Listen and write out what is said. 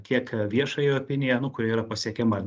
tiek viešąją opiniją nu kuri yra pasiekiama